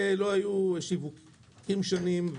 שלא היו שיווקים במשך שנים,